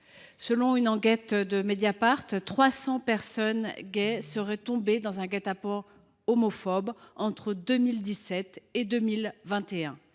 Selon une enquête de, 300 personnes gays seraient tombées dans un guet apens homophobe entre 2017 et 2021.